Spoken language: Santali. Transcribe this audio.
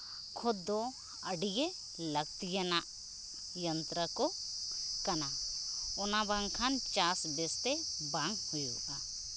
ᱠᱷᱚᱛ ᱫᱚ ᱟᱹᱰᱤ ᱜᱮ ᱞᱟᱹᱠᱛᱤᱭᱟᱱᱟᱜ ᱡᱚᱱᱛᱨᱚ ᱠᱚ ᱠᱟᱱᱟ ᱚᱱᱟ ᱵᱟᱝ ᱠᱷᱟᱱ ᱪᱟᱥ ᱵᱮᱥᱛᱮ ᱵᱟᱝ ᱦᱩᱭᱩᱜᱼᱟ